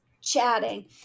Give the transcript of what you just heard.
chatting